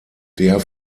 der